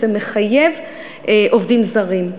וזה מחייב עובדים זרים.